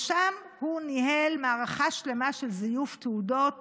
שם הוא ניהל מערכה שלמה של זיוף תעודות